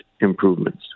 improvements